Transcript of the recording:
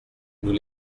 nous